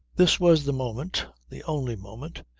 this was the moment, the only moment,